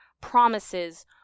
promises